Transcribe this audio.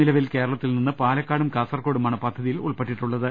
നിലവിൽ കേരളത്തിൽ നിന്നും പാലക്കാടും കാസർകോടുമാണ് പദ്ധതിയിൽ ഉൾപ്പെട്ടിട്ടുള്ളത്